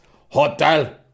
Hotel